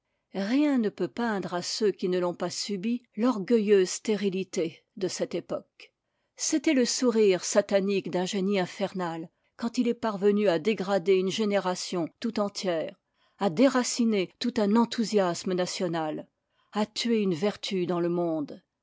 rien ne peut peindre à ceux qui ne l'ont pas subi l'orgueilleuse stérilité de cette époque c'était le sourire satanique d'un génie infernal quand il est parvenu à dégrader une génération tout entière à déraciner tout un enthousiasme national à tuer une vertu dans le monde